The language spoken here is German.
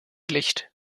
licht